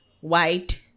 white